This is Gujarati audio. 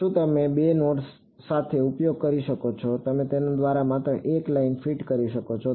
શું તમે 2 નોડ્સ સાથે ઉપયોગ કરી શકો છો તમે તેના દ્વારા માત્ર એક લાઇન ફિટ કરી શકો છો